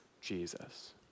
Jesus